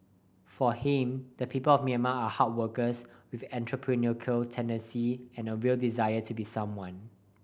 for him the people of Myanmar are hard workers with entrepreneurial tendency and a real desire to be someone